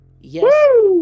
Yes